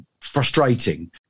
frustrating